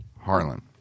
Harlan